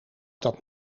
dat